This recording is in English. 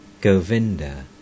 Govinda